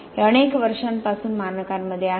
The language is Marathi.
हे अनेक वर्षांपासून मानकांमध्ये आहे